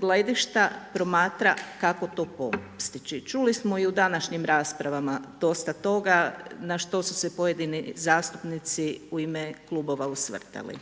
gledišta promatra kako to postići. Čuli smo i u današnjim raspravama dosta toga na što su se pojedini zastupnici u ime klubova osvrtali.